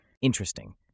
Interesting